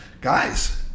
guys